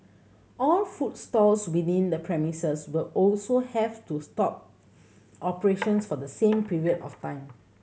all food stalls within the premises will also have to stop operations for the same period of time